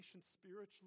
spiritually